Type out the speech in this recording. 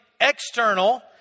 external